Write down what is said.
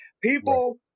People